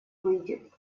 выйдет